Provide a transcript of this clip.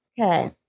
Okay